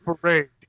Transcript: parade